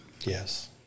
Yes